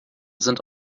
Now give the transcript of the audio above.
sind